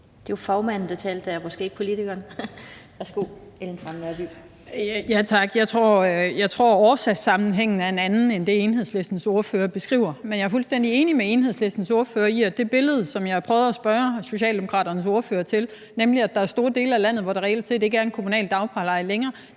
Kl. 12:47 Ellen Trane Nørby (V): Tak. Jeg tror, årsagssammenhængen er en anden end den, Enhedslistens ordfører beskriver. Men jeg er fuldstændig enig med Enhedslistens ordfører i forhold til det billede, som jeg prøvede at spørge Socialdemokraternes ordfører ind til, nemlig, at der er store dele af landet, hvor der reelt set ikke er en kommunal dagpleje længere.